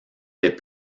des